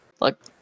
Look